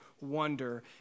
wonder